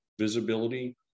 visibility